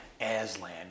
aslan